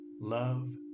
Love